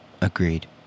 Agreed